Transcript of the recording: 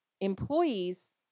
employees